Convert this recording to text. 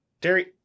Terry